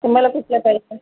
तुम्हाला कुठल्या पाहिजेल